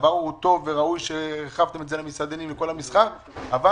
טוב וראוי שהרחבתם את זה למסעדנים ולכל המסחר אבל